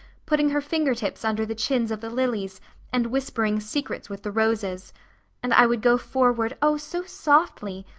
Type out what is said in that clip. putting her fingertips under the chins of the lilies and whispering secrets with the roses and i would go forward, oh, so softly,